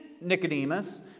Nicodemus